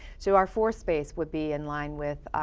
so, our fourth space would be in line with,